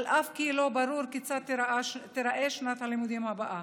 אף כי לא ברור כיצד תיראה שנת הלימודים הבאה.